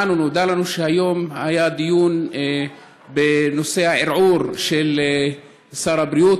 נודע לנו שהיום היה דיון בנושא הערעור של שר הבריאות,